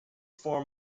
form